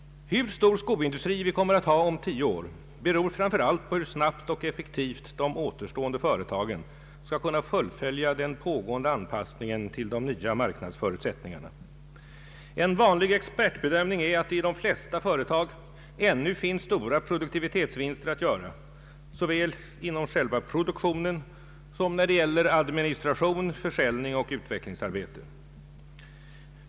Hur stor skoindustri vi kommer att ha om tio år beror framför allt på hur snabbt och effektivt de återstående företagen skall kunna fullfölja den pågående anpassningen till de nya marknadsförutsättningarna. En vanlig expertbedömning är att det i de flesta företag ännu finns stora produktivitets vinster att göra såväl inom själva produktionen som när det gäller administration, försäljning och utvecklingsarbete.